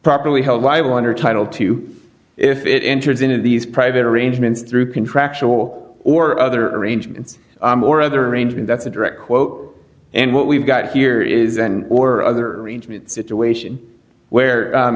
properly held liable under title two if it enters into these private arrangements through contractual or other arrangements or other arrangement that's a direct quote and what we've got here is an order or other reagent situation where